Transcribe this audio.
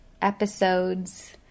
episodes